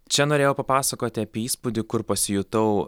čia norėjau papasakoti apie įspūdį kur pasijutau